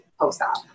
post-op